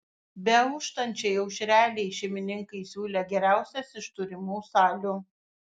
beauštančiai aušrelei šeimininkai siūlė geriausias iš turimų salių